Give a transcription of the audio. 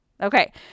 Okay